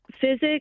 physics